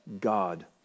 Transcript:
God